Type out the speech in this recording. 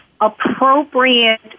appropriate